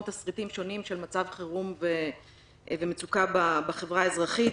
תסריטים שונים של מצב חירום ומצוקה בחברה האזרחית,